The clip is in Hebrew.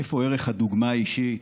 איפה ערך הדוגמה האישית,